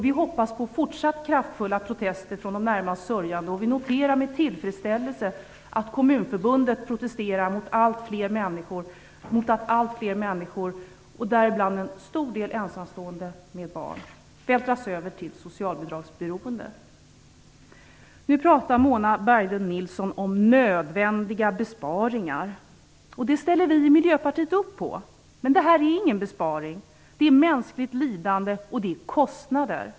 Vi hoppas på fortsatt kraftfulla protester från de närmast sörjande, och vi noterar med tillfredsställelse att Kommunförbundet protesterar mot att allt fler människor, däribland en stor del ensamstående med barn, vältras över till socialbidragsberoende. Nu pratar Mona Berglund Nilsson om nödvändiga besparingar. Det ställer vi i Miljöpartiet upp på, men det här är ingen besparing. Det är mänskligt lidande, och det innebär kostnader.